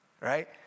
right